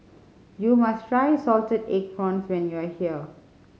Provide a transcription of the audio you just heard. you must try salted egg prawns when you are here